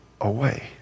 away